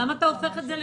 למה אתה מדבר על